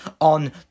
on